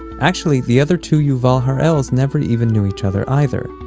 actually, the other two yuval harels never and even knew each other either.